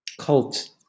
cult